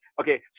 okay